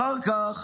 אחר כך